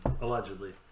allegedly